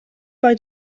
bei